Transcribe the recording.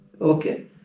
Okay